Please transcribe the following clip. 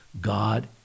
God